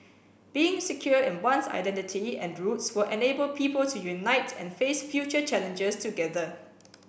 being secure in one's identity and roots were enable people to unite and face future challenges together